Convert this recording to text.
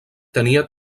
tenia